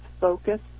focus